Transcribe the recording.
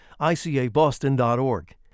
ICABoston.org